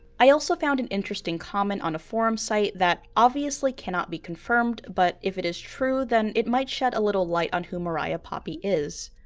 i also found an interesting comment on a forum site that obviously cannot be confirmed, but if it is true, then it might shed a little light on who mariah poppy is.